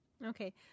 Okay